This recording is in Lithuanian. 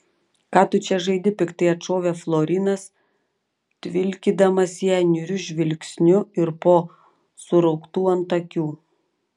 ką tu čia žaidi piktai atšovė florinas tvilkydamas ją niūriu žvilgsniu iš po surauktų antakių